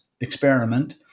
experiment